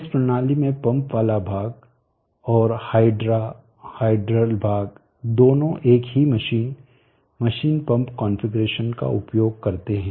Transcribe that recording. इस प्रणाली में पंप वाला भाग और हाइड्रा हाइडल भाग दोनों एक ही मशीन मशीन पंप कॉन्फ़िगरेशन का उपयोग करते हैं